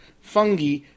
fungi